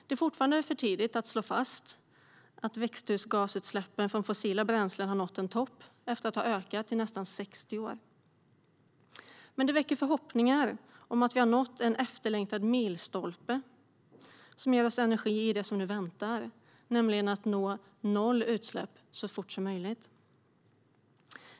Det är ännu för tidigt att slå fast att utsläppen av växthusgaser från fossila bränslen har nått en topp efter att ha ökat under nästan 60 år, men det väcker förhoppningar om att vi nått en efterlängtad milstolpe som ger oss energi i det som nu väntar, nämligen att nå noll i utsläpp så fort som möjligt.